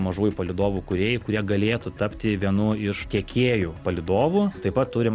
mažųjų palydovų kūrėjai kurie galėtų tapti vienu iš tiekėjų palydovų taip pat turim